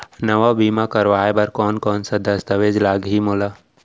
नवा बीमा करवाय बर कोन कोन स दस्तावेज लागही मोला?